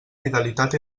fidelitat